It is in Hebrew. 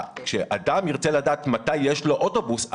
כשאדם ירצה לדעת מתי יש לו אוטובוס,